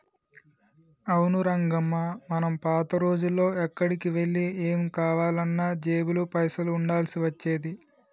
అవును రంగమ్మ మనం పాత రోజుల్లో ఎక్కడికి వెళ్లి ఏం కావాలన్నా జేబులో పైసలు ఉండాల్సి వచ్చేది